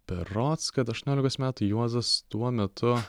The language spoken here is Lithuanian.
berods kad aštuoniolikos metų juozas tuo metu